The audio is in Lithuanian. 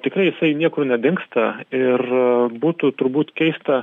tikrai jisai niekur nedingsta ir būtų turbūt keista